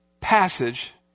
passage